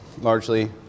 largely